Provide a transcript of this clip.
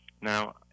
Now